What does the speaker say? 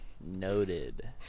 Noted